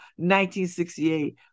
1968